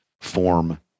form